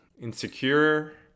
insecure